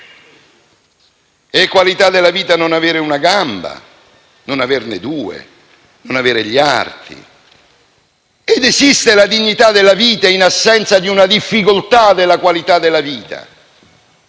È qualità della vita non avere una gamba o non averne due o non avere gli arti? Ed esiste la dignità della vita in presenza di una difficoltà, in assenza della qualità della vita...